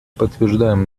подтверждаем